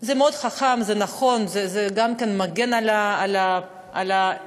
זה מאוד חכם, זה נכון, זה גם מגן על האזרח.